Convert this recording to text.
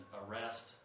arrest